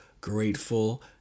grateful